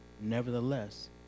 Nevertheless